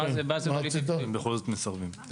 והם בכל זאת מסרבים.